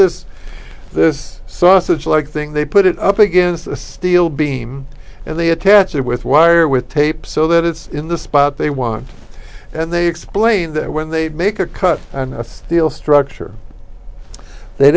this this sausage like thing they put it up against a steel beam and they attach it with wire with tape so that it's in the spot they want and they explain that when they make a cut and a steel structure they